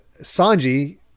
Sanji